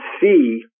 see